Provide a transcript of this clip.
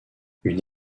une